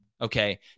okay